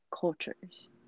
cultures